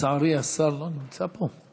לצערי, השר לא נמצא פה,